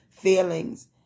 Feelings